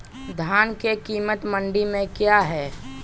धान के कीमत मंडी में क्या है?